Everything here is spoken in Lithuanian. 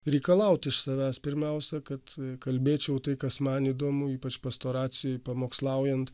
reikalaut iš savęs pirmiausia kad kalbėčiau tai kas man įdomu ypač pastoracijoj pamokslaujant